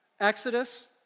Exodus